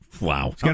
Wow